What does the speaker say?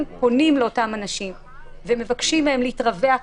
אם פונים לאותם אנשים ומבקשים מהם להתרווח,